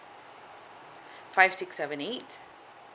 five six seven eight